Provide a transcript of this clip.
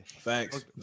Thanks